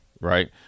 right